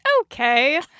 Okay